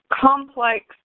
complex